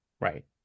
Right